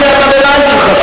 שמעתי את קריאת הביניים שלך.